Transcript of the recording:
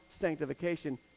sanctification